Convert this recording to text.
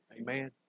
Amen